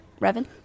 Revan